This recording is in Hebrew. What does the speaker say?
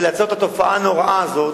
ולעצור את התופעה הנוראה הזאת,